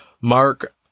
Mark